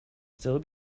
still